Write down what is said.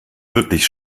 wirklich